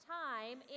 time